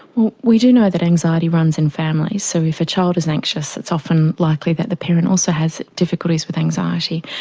we do know that anxiety runs in families, so if a child is anxious it's often likely that the parent also has difficulties with anxiety.